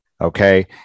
okay